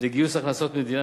לגיוס הכנסות מדינה